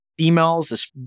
Females